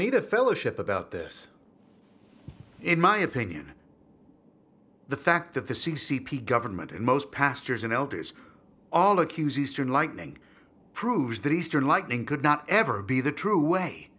of fellowship about this in my opinion the fact that the c c p government in most pastors and elders all accuse eastern lightning proves that eastern lightning could not ever be the true way